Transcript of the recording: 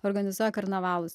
organizuoja karnavalus